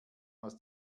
aus